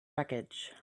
wreckage